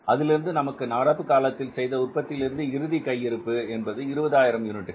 அதிலிருந்து நமக்கு நடப்பு காலத்தில் செய்த உற்பத்தியிலிருந்து இறுதி கையிருப்பு என்பது 20000 யூனிட்டுகள்